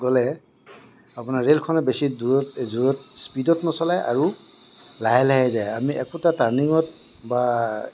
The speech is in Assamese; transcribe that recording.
গ'লে আপোনাৰ ৰেলখনে বেছি দূৰত এই জোৰত স্পিদত নচলাই আৰু লাহে লাহে যায় আমি একোটা টাৰ্ণিংত বা